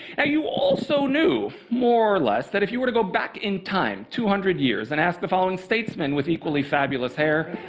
and you also knew, more or less, that if you were to go back in time two hundred years and ask the following statesman with equally fabulous hair,